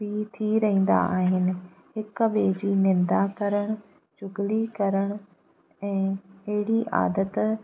बि थी रहंदा आहिनि हिक ॿिए जी निंदा करणु चुगिली करण ऐं अहिड़ी आदत